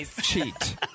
cheat